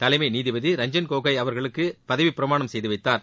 தலைமை நீதிபதி ரஞ்சன் கோகோய் அவர்களுக்கு பதவிப் பிரமாணம் செய்துவைத்தார்